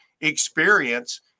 experience